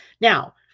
Now